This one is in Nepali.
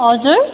हजुर